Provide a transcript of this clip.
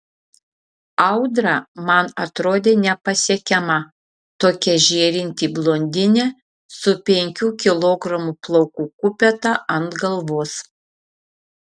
audra man atrodė nepasiekiama tokia žėrinti blondinė su penkių kilogramų plaukų kupeta ant galvos